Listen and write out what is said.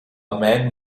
man